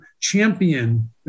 champion